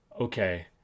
okay